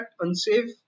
unsafe